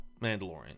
Mandalorian